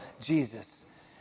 Jesus